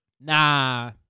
Nah